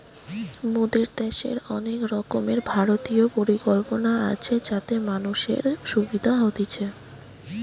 মোদের দ্যাশের অনেক রকমের ভারতীয় পরিকল্পনা আছে যাতে মানুষের সুবিধা হতিছে